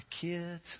kids